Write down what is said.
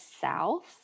South